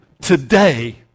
today